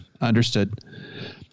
Understood